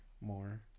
more